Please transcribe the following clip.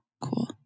cool